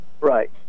Right